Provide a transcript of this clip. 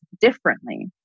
differently